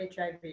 HIV